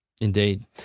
Indeed